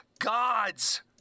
gods